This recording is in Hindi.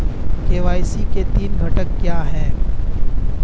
के.वाई.सी के तीन घटक क्या हैं?